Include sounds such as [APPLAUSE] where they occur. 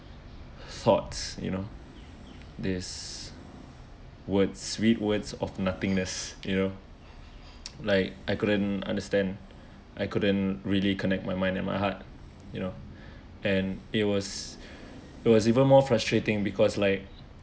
thoughts you know this word sweet words of nothingness you know [NOISE] like I couldn't understand I couldn't really connect my mind and my heart you know and it was it was even more frustrating because like